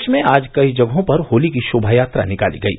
प्रदेश में आज कई जगहों पर होली की शोभा यात्रा निकाली गयी